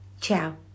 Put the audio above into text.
Ciao